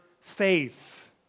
faith